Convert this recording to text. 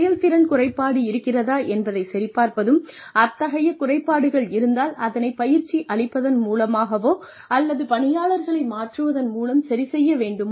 செயல்திறன் குறைபாடு இருக்கிறதா என்பதை சரிபார்ப்பதும் அத்தகையை குறைபாடுகள் இருந்தால் அதனைப் பயிற்சி அளிப்பதன் மூலமாகவோ அல்லது பணியாளர்களை மாற்றுவதன் மூலம் சரி செய்ய வேண்டுமா